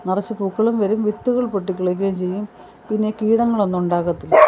നിറച്ച് പൂക്കളും വരും വിത്തുകൾ പൊട്ടി കിളിക്കയും ചെയ്യും പിന്നെ കീടങ്ങളൊന്നും ഉണ്ടാകത്തില്ല